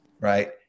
right